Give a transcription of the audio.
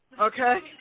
okay